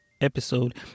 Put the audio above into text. episode